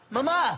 Mama